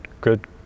good